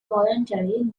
voluntary